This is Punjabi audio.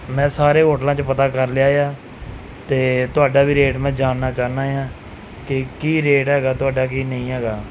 ਮੈਂ ਸਾਰੇ ਹੋਟਲਾਂ 'ਚ ਪਤਾ ਕਰ ਲਿਆ ਆ ਅਤੇ ਤੁਹਾਡਾ ਵੀ ਰੇਟ ਮੈਂ ਜਾਣਨਾ ਚਾਹੁੰਦਾ ਹਾਂ ਕੇ ਕੀ ਰੇਟ ਹੈਗਾ ਤੁਹਾਡਾ ਕੀ ਨਹੀਂ ਹੈਗਾ